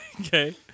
Okay